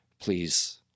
please